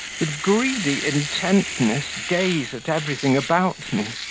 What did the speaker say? with greedy intentness gaze at everything about me.